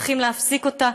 צריכים להפסיק אותה,